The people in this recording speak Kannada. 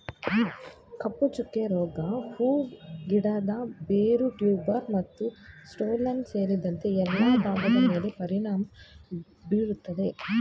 ಕಪ್ಪುಚುಕ್ಕೆ ರೋಗ ಹೂ ಗಿಡದ ಬೇರು ಟ್ಯೂಬರ್ ಮತ್ತುಸ್ಟೋಲನ್ ಸೇರಿದಂತೆ ಎಲ್ಲಾ ಭಾಗದ್ಮೇಲೆ ಪರಿಣಾಮ ಬೀರ್ತದೆ